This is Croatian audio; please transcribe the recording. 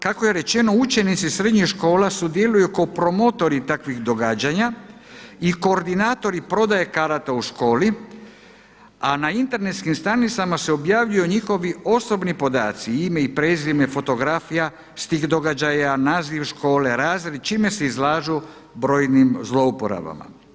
Kako je rečeno učenici srednjih škola sudjeluju kao promotori takvih događanja i koordinatori prodaje karate u školi, a na internetskim stranicama se objavljuju njihovi osobni podaci, ime i prezime, fotografija s tih događaja, naziv škole, razred čime se izlažu brojnim zlouporabama.